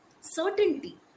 certainty